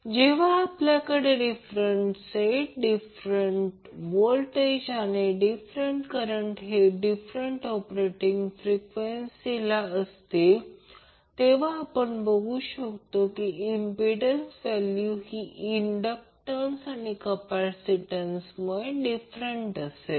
जेव्हा आपल्याकडे different set different voltage किंवा करंट सोर्स हे डिफ़रंट ऑपरेटिंग फ्रिक्वेंसीला असतील तेव्हा आपण बघू शकतो की इम्पिडन्स व्हॅल्यू ही इंडक्टॅन्स आणि कॅपॅसिटन्समुळे डिफ़रंट असेल